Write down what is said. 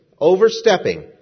Overstepping